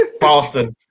Boston